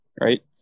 right